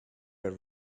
were